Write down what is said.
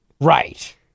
Right